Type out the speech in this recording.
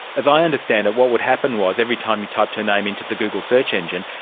as i understand it what what happen was every time you typed her name into the google search engine,